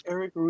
Eric